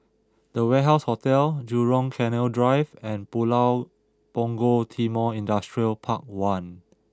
The Warehouse Hotel Jurong Canal Drive and Pulau Punggol Timor Industrial Park one